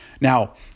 Now